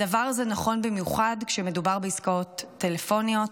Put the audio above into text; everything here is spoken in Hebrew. הדבר הזה נכון במיוחד כשמדובר בעסקאות טלפוניות.